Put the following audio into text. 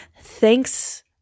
thanks